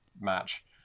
match